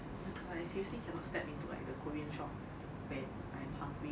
but I seriously cannot step into like the korean shop when I'm hungry